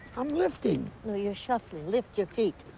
i'm lifting. no, you're shuffling. lift your feet.